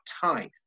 time